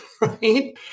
Right